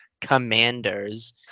commanders